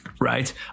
right